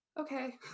okay